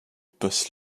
passe